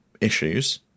issues